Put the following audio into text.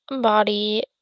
body